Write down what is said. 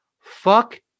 Fuck